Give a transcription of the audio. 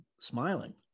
smiling